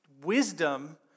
wisdom